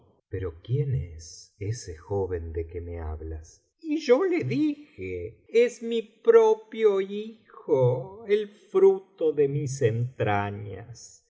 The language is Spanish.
pero quién es ese joven de que me hablas y yo le dije es mi propio hijo el fruto de mis entrañas